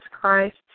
Christ